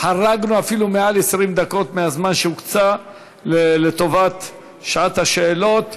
אפילו חרגנו ב-20 דקות מהזמן שהוקצה לטובת שעת השאלות.